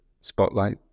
spotlight